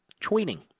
Tweeting